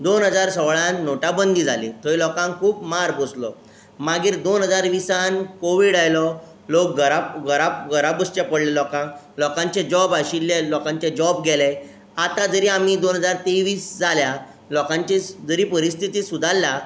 दोन हजार सोळान नोटा बंदी जाली थंय लोकांक खूब मार बसलो मागीर दोन हजार विसान कोवीड आयलो लोक घरा घरा घरा बसचे पडले लोकांक लोकांचे जॉब आशिल्ले लोकांचे जॉब गेले आतां जरी आमी दोन हजार तेवीस जाल्या लोकांचे जरी परिस्थिती सुदारला